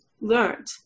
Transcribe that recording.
learned